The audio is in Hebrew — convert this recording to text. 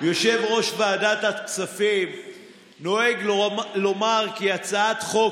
יושב-ראש ועדת הכספים נוהג לומר כי הצעת חוק